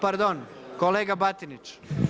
Pardon, kolega Batinić.